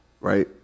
Right